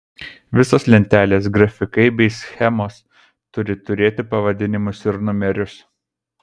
visos lentelės grafikai bei schemos turi turėti pavadinimus ir numerius